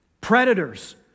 Predators